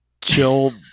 chill